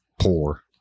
poor